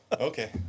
Okay